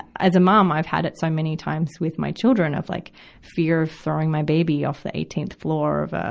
as a mom, i've had it so many times with my children, of like fear of throwing my baby off the eighteenth floor of a,